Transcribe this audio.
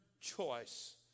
choice